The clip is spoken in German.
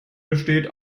besteht